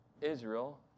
Israel